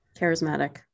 charismatic